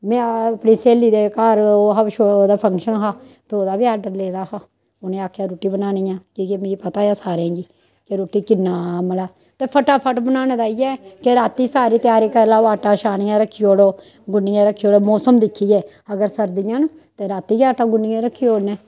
में अपनी स्हेली दे घर ओह् हा ओह्दा फंक्शन हा ते ओह्दा बी ऑर्डर लै दा हा उ'नें आखेआ रुट्टी बनानी ऐ कि के मिगी पता ऐ सारें गी कि रुट्टी कि'न्ना मतलब ते फटाफट बनाने दा इ'यै कि रातीं सारी त्यारी करी लैओ आटा छानियै रखी ओड़ो गु'न्नियै रखी ओड़ो मौसम दिक्खिये अगर सरदियां न ते रातीं गै आटा गु'न्नियै रखी ओड़ो